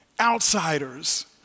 outsiders